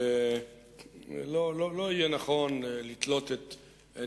שלא יהיה נכון לתלות את